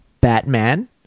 Batman